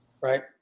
Right